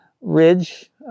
ridge